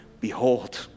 Behold